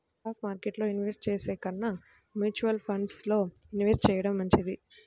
stock మార్కెట్టులో invest చేసే కన్నా మ్యూచువల్ ఫండ్స్ లో ఇన్వెస్ట్ చెయ్యడం మంచిది